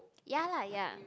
ya lah ya